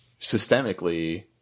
systemically